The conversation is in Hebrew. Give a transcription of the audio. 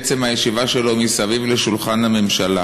בעצם הישיבה שלו ליד שולחן הממשלה